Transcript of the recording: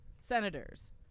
senators